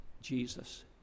Jesus